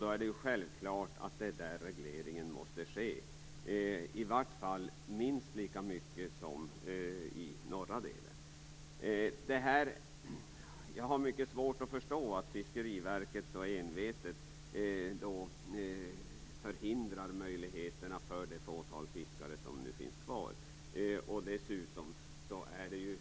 Då är det ju självklart att regleringen måste ske där. I varje fall skall det regleras minst lika mycket där som i norra delen. Jag har mycket svårt att förstå att Fiskeriverket så envetet förhindrar möjligheterna för det fåtal fiskare som nu finns kvar. Dessutom är det